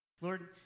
Lord